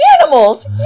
animals